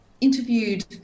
interviewed